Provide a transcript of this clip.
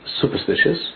superstitious